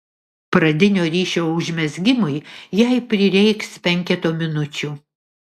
pradinio ryšio užmezgimui jai prireiks penketo minučių